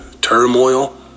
turmoil